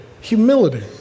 Humility